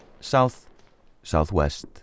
south-southwest